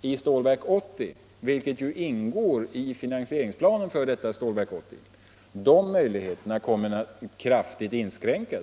i Stålverk 80 — något som ju ingår i finansieringsplanen - kommer att kraftigt inskränkas.